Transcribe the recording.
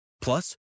Plus